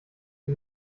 die